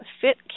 Fit